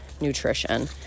nutrition